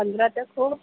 پندرہ تک ہو